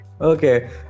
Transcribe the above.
Okay